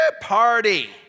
party